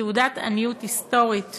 היא תעודת עניות היסטורית